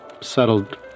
settled